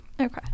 Okay